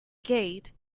gate